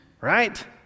right